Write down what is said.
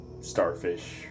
starfish